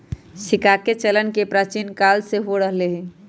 सिक्काके चलन प्राचीन काले से हो रहल हइ